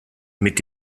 mit